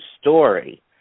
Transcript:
story